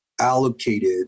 allocated